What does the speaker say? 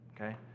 Okay